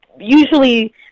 usually